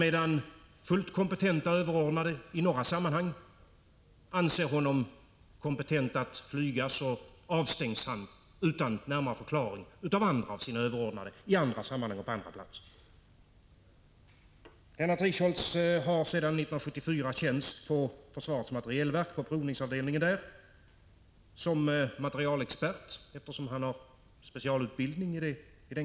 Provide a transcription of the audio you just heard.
Medan fullt kompetenta överordnade i några sammanhang anser Lennart Richholtz kompetent att flyga, så avstängs han utan förklaring från det av andra överordnade på andra platser och i andra sammanhang. Lennart Richholtz har sedan 1974 tjänst på provningsavdelningen vid försvarets materielverk. Han tjänstgör som materialexpert, eftersom han har specialutbildning på detta område.